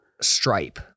stripe